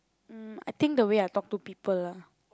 mm I think the way I talk to people lah